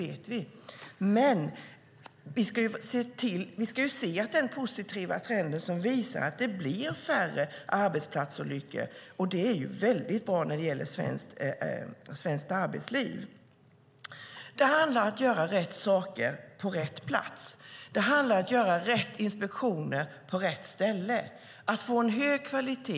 Vi måste dock se den positiva trend som visar att det sker färre arbetsplatsolyckor, vilket är väldigt bra när det gäller svenskt arbetsliv. Det handlar om att göra rätt saker på rätt plats. Det handlar om att göra rätt inspektioner på rätt ställe. Det handlar om att få hög kvalitet.